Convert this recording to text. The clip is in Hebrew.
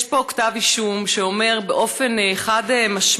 יש פה כתב אישום שאומר באופן חד-משמעי,